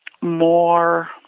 more